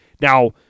Now